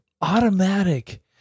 automatic